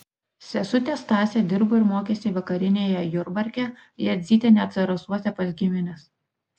sesutė stasė dirbo ir mokėsi vakarinėje jurbarke jadzytė net zarasuose pas gimines